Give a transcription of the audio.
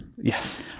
Yes